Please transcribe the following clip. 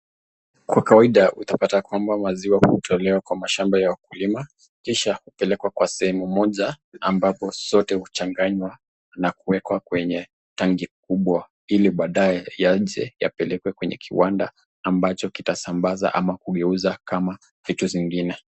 Kwa kawaida utapata kwamba maziwa hutolewa kwa mashamba ya wakulima kisha hupelekwa kwa sehemu moja ambapo zote huchanganywa na kuwekwa kwenye tangi kubwa ili baadaye yaje yapelekwe kwenye kiwanda ambacho kitasambaza ama kugeuza kama vitu zingine.